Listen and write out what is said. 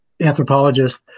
anthropologist